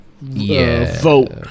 vote